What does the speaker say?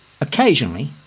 Occasionally